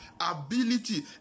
ability